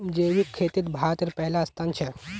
जैविक खेतित भारतेर पहला स्थान छे